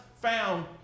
found